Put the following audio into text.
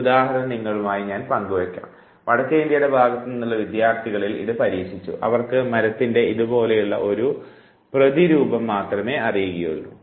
ഒരു ഉദാഹരണം നിങ്ങളുമായി ഞാൻ പങ്കിടട്ടെ വടക്കേ ഇന്ത്യയുടെ ഭാഗത്ത് നിന്നുള്ള വിദ്യാർഥികളിൽ ഇത് പരീക്ഷിച്ചു അവർക്ക് മരത്തിൻറെ ഇതുപോലെയുള്ള ഒരു പ്രതിരൂപം മാത്രമേ അറിയുകയുള്ളൂ